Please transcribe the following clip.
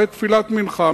אחרי תפילת מנחה.